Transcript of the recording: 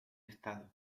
estado